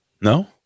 No